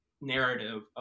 narrative